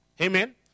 Amen